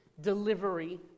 Delivery